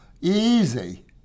easy